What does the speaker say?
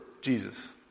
Jesus